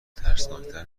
ترسناکتر